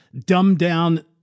dumbed-down